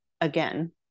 again